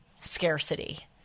scarcity